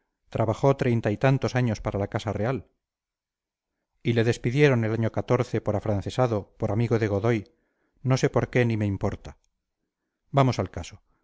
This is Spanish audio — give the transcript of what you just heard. trabajó treinta y tantos años para la casa real y le despidieron el año por afrancesado por amigo de godoy no sé por qué ni me importa vamos al caso